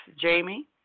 Jamie